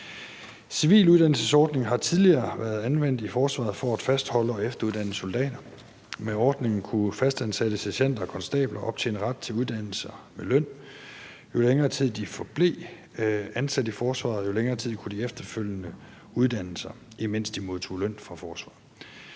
Civiluddannelsesordningen har tidligere været anvendt i forsvaret for at fastholde og efteruddanne soldater. Med ordningen kunne fastansatte sergenter og konstabler optjene ret til uddannelse med løn. Jo længere tid de forblev ansat i forsvaret, jo længere tid kunne de efterfølgende uddanne sig, imens de modtog løn fra forsvaret.